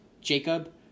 Jacob